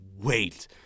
wait